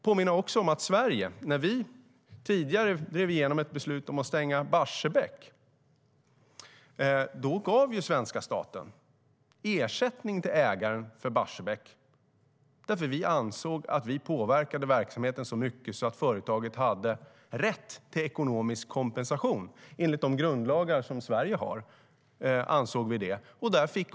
Jag påminner om att svenska staten gav ersättning till ägaren för Barsebäck när Sverige drev igenom beslutet att stänga det. Vi ansåg nämligen att vi påverkade verksamheten så mycket att företaget hade rätt till ekonomisk kompensation enligt de grundlagar Sverige har.